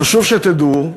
חשוב שתדעו,